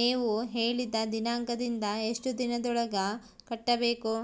ನೇವು ಹೇಳಿದ ದಿನಾಂಕದಿಂದ ಎಷ್ಟು ದಿನದೊಳಗ ಕಟ್ಟಬೇಕು?